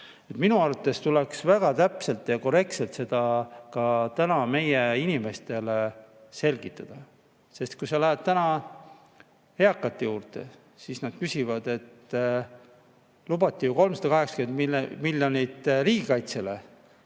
Minu arvates tuleks väga täpselt ja korrektselt seda täna meie inimestele selgitada. Kui sa lähed täna eakate juurde, siis nad küsivad, et lubati 380 miljonit riigikaitsele,